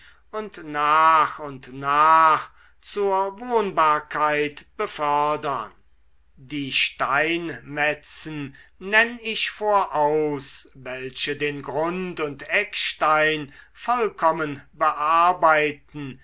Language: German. und nach und nach zur wohnbarkeit befördern die steinmetzen nenn ich voraus welche den grund und eckstein vollkommen bearbeiten